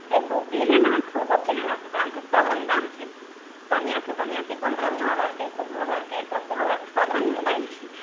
देखियौ जेहन अहाँ खोजब तेहन अहाँके दाम छै सभ रङ्ग दाम छै बढ़िआँसँ बढ़िआँ पन्द्रहो हजारके सोलहो हजारके दसो हजारके सभ रङ्ग मोबाइल छै